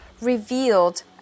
revealed